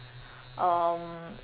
um